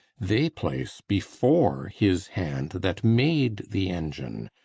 they place before his hand that made the engine,